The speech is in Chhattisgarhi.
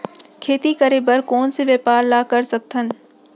खेती करे बर कोन से व्यापार ला कर सकथन?